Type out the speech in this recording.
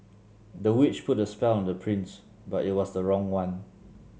the witch put a spell on the prince but it was a wrong one